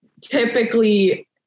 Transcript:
typically